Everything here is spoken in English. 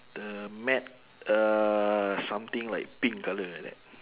the mat uh something like pink colour like that